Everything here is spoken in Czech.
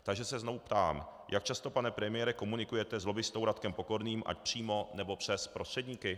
Takže se znovu ptám: Jak často, pane premiére, komunikujete s lobbistou Radkem Pokorným ať přímo, nebo přes prostředníky?